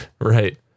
right